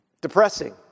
depressing